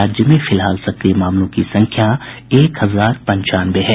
राज्य में फिलहाल सक्रिय मामलों की संख्या एक हजार पंचानवे है